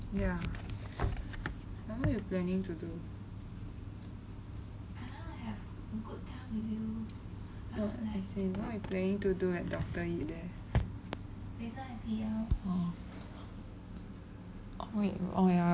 ya normally you planning to do no as in what you planning to do at doctor yip there oh oh wait oh ya